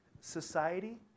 Society